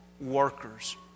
workers